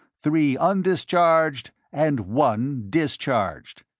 three undischarged, and one discharged.